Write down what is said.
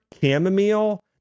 chamomile